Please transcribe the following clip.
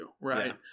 right